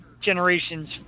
generation's